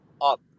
up